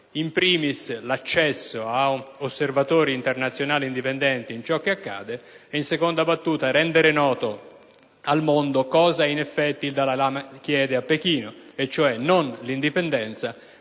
*in primis*, l'accesso a osservatori internazionali indipendenti per verificare ciò che accade e, in secondo luogo, rendere noto al mondo cosa in effetti il Dalai Lama chiede a Pechino, cioè non l'indipendenza,